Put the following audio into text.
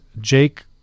Jake